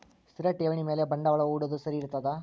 ಸ್ಥಿರ ಠೇವಣಿ ಮ್ಯಾಲೆ ಬಂಡವಾಳಾ ಹೂಡೋದು ಸರಿ ಇರ್ತದಾ?